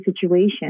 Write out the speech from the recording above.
situation